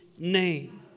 name